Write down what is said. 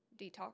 detox